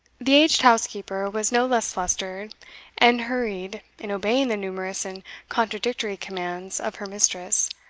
the aged housekeeper was no less flustered and hurried in obeying the numerous and contradictory commands of her mistress,